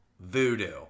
voodoo